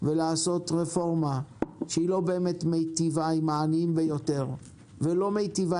ולעשות רפורמה שהיא לא באמת מיטיבה עם העניים ביותר ולא מיטיבה